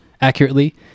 accurately